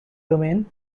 domain